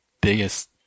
biggest